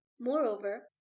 Moreover